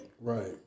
Right